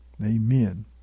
Amen